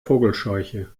vogelscheuche